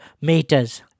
meters